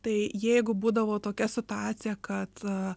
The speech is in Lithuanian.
tai jeigu būdavo tokia situacija kad